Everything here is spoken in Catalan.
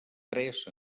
tres